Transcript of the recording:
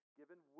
given